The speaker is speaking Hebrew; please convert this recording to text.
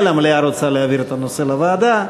המליאה רוצה להעביר את הנושא לוועדה.